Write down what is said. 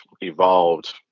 evolved